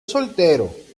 soltero